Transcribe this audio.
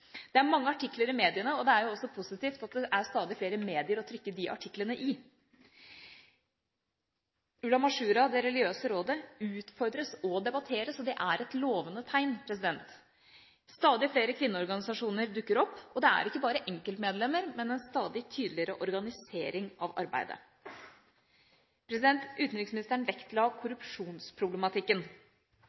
Det er mange artikler i mediene, og det er jo også positivt at det er stadig flere medier å trykke de artiklene i. Ulema Shura, det religiøse rådet, utfordres og debatteres. Det er et lovende tegn. Stadig flere kvinneorganisasjoner dukker opp. Det er ikke bare enkeltmedlemmer, men vi ser en stadig tydeligere organisering av arbeidet. Utenriksministeren vektla korrupsjonsproblematikken.